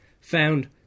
found